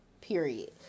Period